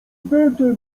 będę